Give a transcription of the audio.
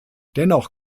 dennoch